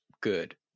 good